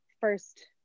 first